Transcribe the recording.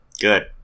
Good